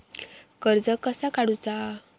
कर्ज कसा काडूचा?